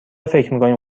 فکرمیکنیم